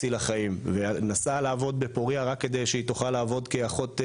הצילה חיים ונסעה לעבוד ב'פוריה' רק כדי שהיא תוכל לעבוד כאחות מיילדת,